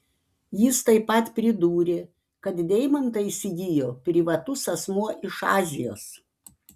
jis taip pat pridūrė kad deimantą įsigijo privatus asmuo iš azijos